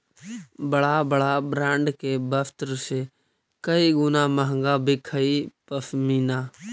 बड़ा बड़ा ब्राण्ड के वस्त्र से कई गुणा महँगा बिकऽ हई पशमीना